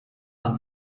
man